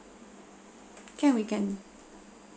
can we can